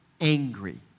angry